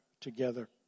together